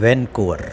Vancouver